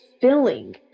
filling